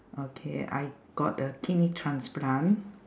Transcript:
okay I got a kidney transplant